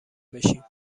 بشیم